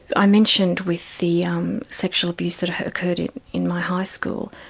i mentioned with the um sexual abuse that had occurred in my high school,